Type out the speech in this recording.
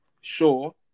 Sure